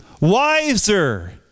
wiser